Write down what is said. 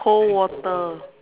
cold water